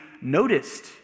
noticed